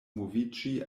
moviĝi